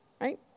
right